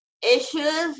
Issues